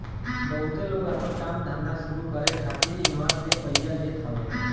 बहुते लोग आपन काम धंधा शुरू करे खातिर इहवा से पइया लेत हवे